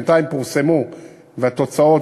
בינתיים פורסמו התוצאות,